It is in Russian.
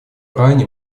иране